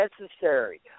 necessary